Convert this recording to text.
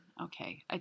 Okay